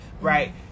right